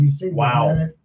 Wow